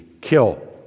kill